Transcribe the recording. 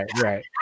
right